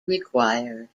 required